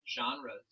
genres